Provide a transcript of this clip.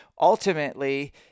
ultimately